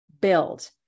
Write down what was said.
build